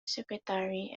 secretary